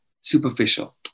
superficial